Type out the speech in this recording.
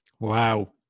Wow